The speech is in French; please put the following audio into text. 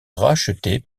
rachetée